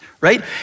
right